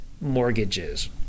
mortgages